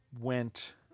went